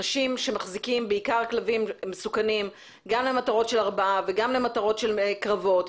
אנשים מחזיקים כלבים מסוכנים למטרות הרבעה וקרבות,